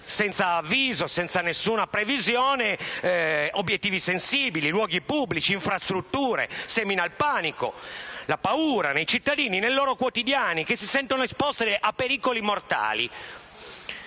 senza avviso e senza nessuna previsione, obiettivi sensibili, luoghi pubblici, infrastrutture. Semina il panico e la paura nella vita quotidiana dei cittadini, che si sentono esposti a pericoli mortali.